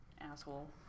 asshole